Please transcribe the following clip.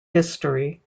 history